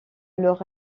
leur